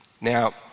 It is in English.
Now